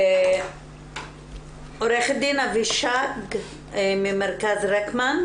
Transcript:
עו"ד אבישג עוזרד ממרכז רקמן.